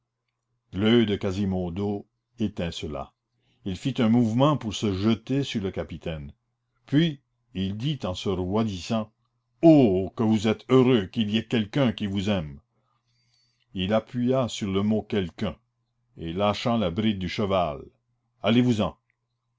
l'oeil de quasimodo étincela il fit un mouvement pour se jeter sur le capitaine puis il dit en se roidissant oh que vous êtes heureux qu'il y ait quelqu'un qui vous aime il appuya sur le mot quelqu'un et lâchant la bride du cheval allez-vous-en